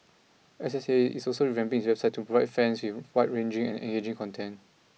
S S A is also revamping its website to provide fans with wide ranging and engaging content